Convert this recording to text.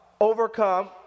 Overcome